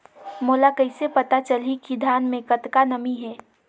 मोला कइसे पता चलही की धान मे कतका नमी हे?